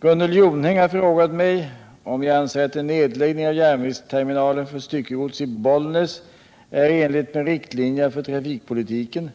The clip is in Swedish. Gunnel Jonäng har frågat mig om jag anser att en nedläggning av järnvägsterminalen för styckegods i Bollnäs är i enlighet med riktlinjerna för trafikpolitiken,